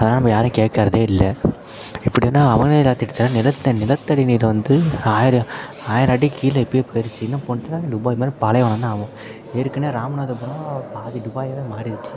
அதெல்லாம் நம்ம யாரையும் கேட்குறதே இல்லை எப்படின்னா அவனே எல்லாத்தையும் எடுத்தால் நிலத்தை நிலத்தடி நீரை வந்து ஆயிரம் ஆயிரம் அடி கீழே இப்பவே போயிடுச்சு இன்னும் போணுச்சுன்னால் துபாய் மாதிரி பாலைவனம் தான் ஆகும் ஏற்கனவே ராமநாதபுரம் பாதி துபாய்யாவே மாறிடுச்சு